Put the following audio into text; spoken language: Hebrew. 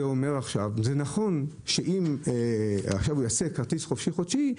זה נכון שאם עכשיו הוא יעשה כרטיס חופשי-חודשי,